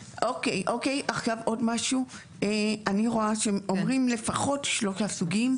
עוד משהו, אני רואה שאומרים לפחות שלושה סוגים.